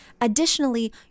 additionally